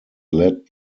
led